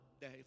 Day